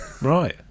Right